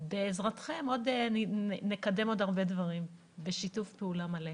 בעזרתכם, נקדם עוד הרבה דברים בשיתוף פעולה מלא.